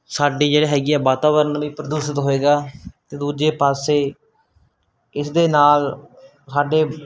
ਸਾਡੀ ਜਿਹੜੀ ਹੈਗੀ ਐ ਵਾਤਾਵਰਨ ਵੀ ਪ੍ਰਦੂਸ਼ਿਤ ਹੋਏਗਾ ਅਤੇ ਦੂਜੇ ਪਾਸੇ ਇਸ ਦੇ ਨਾਲ ਸਾਡੇ